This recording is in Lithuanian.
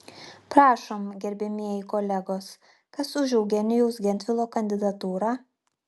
prašom gerbiamieji kolegos kas už eugenijaus gentvilo kandidatūrą